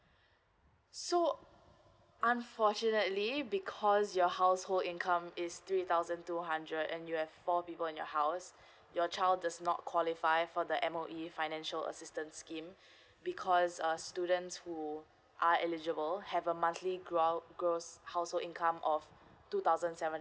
so unfortunately because your household income is three thousand two hundred and you have four people in your house your child does not qualify for the M_O_E financial assistance scheme because uh students who are eligible have a monthly grew out gross household income of two thousand seven